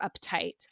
uptight